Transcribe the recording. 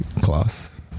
class